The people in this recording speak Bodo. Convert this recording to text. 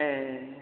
ए